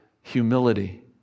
humility